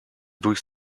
durch